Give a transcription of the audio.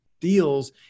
deals